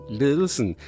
ledelsen